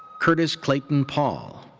curtis clayton paul,